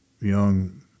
young